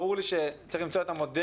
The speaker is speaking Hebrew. ברור לי שצריך למצוא את המודל,